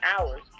hours